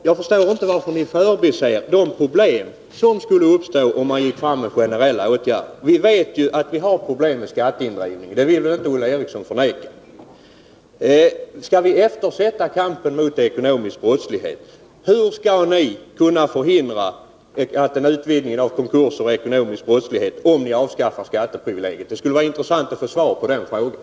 Jag förstår inte varför ni förbiser de problem som skulle uppstå om man gick fram med generella åtgärder. Vi vet ju att vi har problem med skatteindrivningen. Det vill väl inte Olle Eriksson förneka. Skall vi eftersätta kampen mot ekonomisk brottslighet? Hur skall ni kunna förhindra en utvidgning av konkurserna och den ekonomiska brottsligheten om ni avskaffar skatteprivilegierna? Det skulle vara intressant att få svar på den frågan.